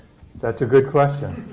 that's a good question.